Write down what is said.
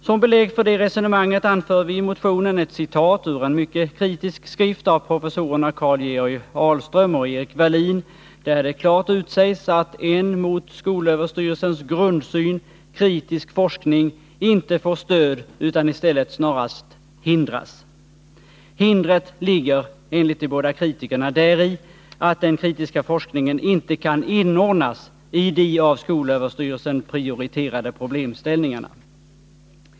Som belägg för det resonemanget anför vi i motionen ett citat ur en mycket kritisk skrift av professorerna Karl-Georg Ahlström och Erik Wallin, där det klart utsägs att en mot skolöverstyrelsens grundsyn kritisk forskning inte får stöd utan i stället hindras. Hindret ligger enligt de båda kritikerna däri att den kritiska forskningen inte kan inordnas i de av skolöverstyrelsen prioriterade problemställningarna.